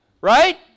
Right